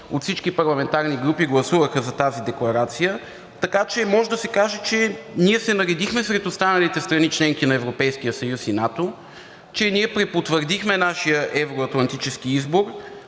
от всички парламентарни групи гласуваха за тази декларация, така че може да се каже, че ние се наредихме сред останалите страни – членки на Европейския съюз и НАТО, че ние препотвърдихме нашия евро-атлантически избор,